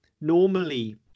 normally